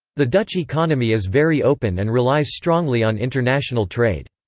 the dutch economy is very open and relies strongly on international trade.